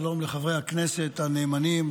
שלום לחברי הכנסת הנאמנים,